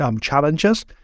challenges